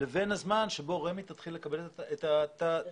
לבין הזמן שבו רשות מקרקעי ישראל תתחיל לקבל את התמלוגים.